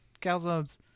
calzones